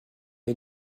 ils